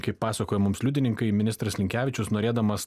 kaip pasakojo mums liudininkai ministras linkevičius norėdamas